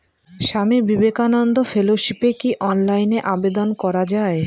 স্বামী বিবেকানন্দ ফেলোশিপে কি অনলাইনে আবেদন করা য়ায়?